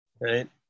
right